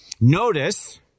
Notice